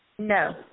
No